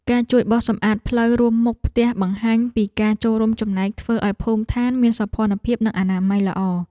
ការជួយបោសសម្អាតផ្លូវរួមមុខផ្ទះបង្ហាញពីការចូលរួមចំណែកធ្វើឱ្យភូមិឋានមានសោភ័ណភាពនិងអនាម័យល្អ។